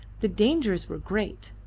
the dangers were great,